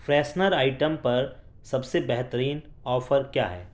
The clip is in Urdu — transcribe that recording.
فریشنر آئٹم پر سب سے بہترین آفر کیا ہے